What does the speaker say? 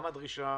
גם הדרישה